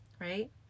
right